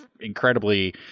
incredibly